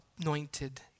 anointed